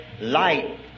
light